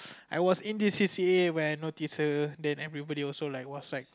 I was indecisive when I notice her then everybody also like was like